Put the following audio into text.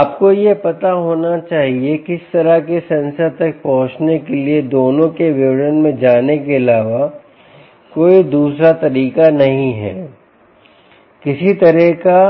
आपको यह पता होना चाहिए किस तरह के सेंसर तक पहुंचने के लिए दोनों के विवरण में जाने के अलावा कोई दूसरा तरीका नहीं है किसी तरह का